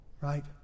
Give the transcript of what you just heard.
right